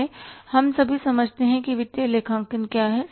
हम सभी समझते हैं कि वित्तीय लेखांकन क्या है